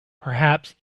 perhaps